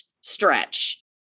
stretch